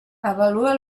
avalua